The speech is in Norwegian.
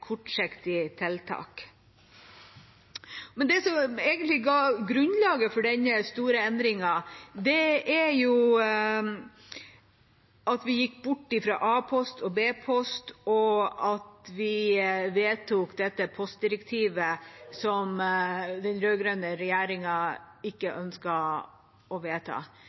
kortsiktig tiltak. Det som egentlig ga grunnlaget for denne store endringen, er at vi gikk bort fra A-post og B-post, og at vi vedtok dette postdirektivet som den rød-grønne regjeringa ikke ønsket å vedta.